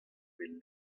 bet